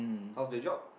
how is the job